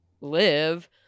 live